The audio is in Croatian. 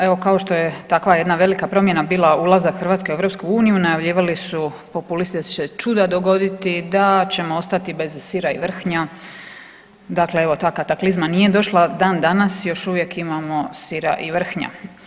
Evo, kao što je takva jedna velika promjena bila ulazak Hrvatske u EU, najavljivali su populisti da će čuda dogoditi, da ćemo ostati bez sira i vrhnja, dakle evo, ta kataklizma nije došla dan-danas, još uvijek imamo sira i vrhnja.